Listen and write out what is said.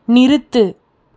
நிறுத்து